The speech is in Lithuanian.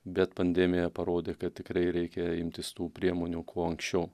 bet pandemija parodė kad tikrai reikia imtis tų priemonių kuo anksčiau